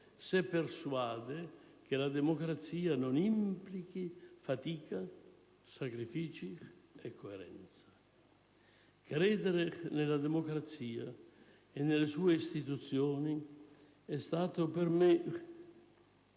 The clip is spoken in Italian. se persuade che la democrazia non implichi fatica, sacrifici e coerenza. Credere nella democrazia e nelle sue istituzioni è stato per me